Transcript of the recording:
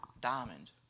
diamond